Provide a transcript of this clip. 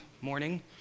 morning